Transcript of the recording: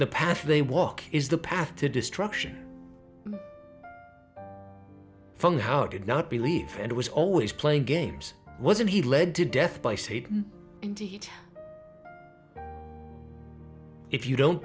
the path they walk is the path to destruction from how did not believe and was always playing games wasn't he led to death by satan indeed if you don't